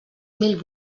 mil